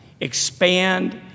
expand